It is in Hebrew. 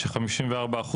ש-54%